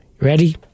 Ready